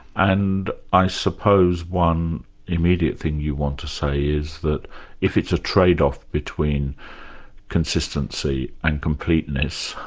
and i suppose one immediate thing you want to say is that if it's a trade-off between consistency and completeness,